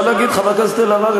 חברת הכנסת אלהרר,